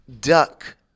duck